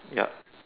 ya